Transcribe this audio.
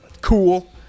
cool